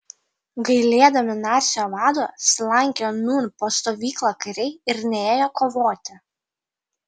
gailėdami narsiojo vado slankiojo nūn po stovyklą kariai ir nėjo kovoti